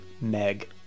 Meg